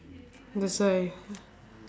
that's why